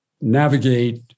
navigate